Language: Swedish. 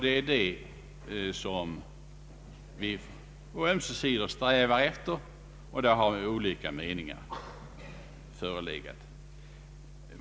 Det är det som vi på ömse sidor strävar efter, trots att olika meningar om tillvägagångssättet förelegat.